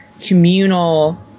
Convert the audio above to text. communal